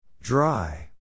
Dry